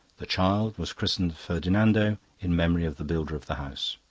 the child was christened ferdinando in memory of the builder of the house.